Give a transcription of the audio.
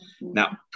Now